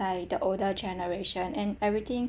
like the older generation and everything